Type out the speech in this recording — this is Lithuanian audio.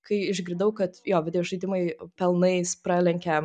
kai išgirdau kad jo videožaidimai pelnais pralenkia